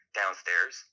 downstairs